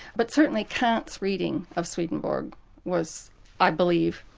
but certainly kant's reading of swedenborg was i believe,